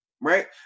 right